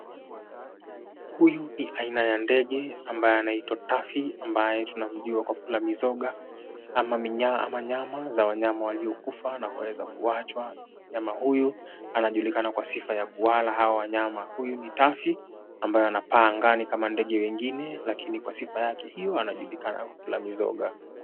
Huyu ni aina ya ndege ambaye anaitwa Tai ambaye tunamjua kwa kula mizoga ama minyaa ama nyama za wanyama waliokufa na kuweza kuachwa. Nyama huyu anajulikana kwa sifa ya kuwala hawa wanyama. Huyu ni Tai ambaye anapaa angani kama ndege wengine lakini kwa sifa yake hiyo anajulikana kwa kula mizoga.